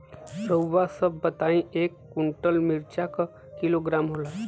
रउआ सभ बताई एक कुन्टल मिर्चा क किलोग्राम होला?